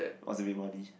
wants to make money